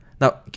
Now